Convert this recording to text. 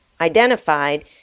identified